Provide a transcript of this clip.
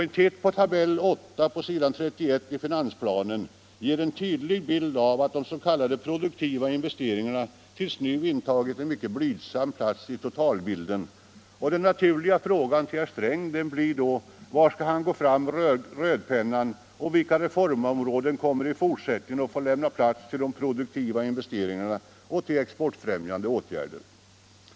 En titt på tabell 8 på s. 31 i finansplanen ger en tydlig bild av att de s.k. produktiva investeringarna hittills intagit en mycket blygsam plats i totalbilden. Den naturliga frågan till herr Sträng blir nu var han skall gå fram med rödpennan och vilka reformområden det är som i fortsättningen kommer att få lämna plats till de produktiva investeringarna och till exportfrämjande åtgärder.